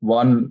one